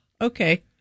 okay